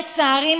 לצערי,